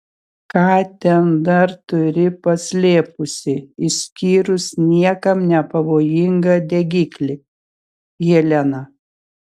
ką ten dar turi paslėpusi išskyrus niekam nepavojingą degiklį helena